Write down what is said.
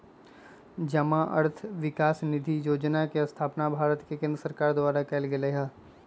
जमा अर्थ विकास निधि जोजना के स्थापना भारत के केंद्र सरकार द्वारा कएल गेल हइ